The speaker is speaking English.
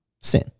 Sin